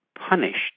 punished